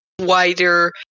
wider